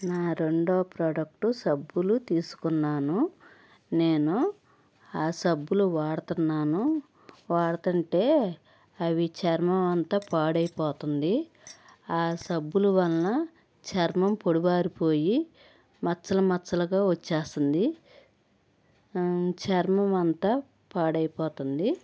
నా రెండో ప్రోడక్ట్ సబ్బులు తీసుకున్నాను నేను ఆ సబ్బులు వాడుతున్నాను వాడుతుంటే అవి చర్మం అంత పాడైపోతుంది ఆ సబ్బులు వల్ల చర్మం పొడువారిపోయి మచ్చలు మచ్చలుగా వచ్చేసింది చర్మం అంతా పాడైపోతుంది